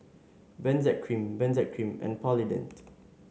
Benzac Cream Benzac Cream and Polident